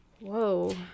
Whoa